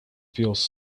feels